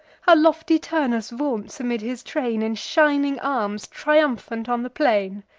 how lofty turnus vaunts amidst his train, in shining arms, triumphant on the plain?